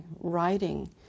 writing